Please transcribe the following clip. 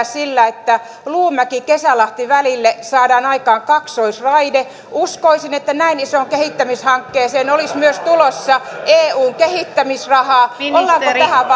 sillä että luumäki kesälahti välille saadaan aikaan kaksoisraide uskoisin että näin isoon kehittämishankkeeseen olisi myös tulossa eun kehittämisrahaa ollaanko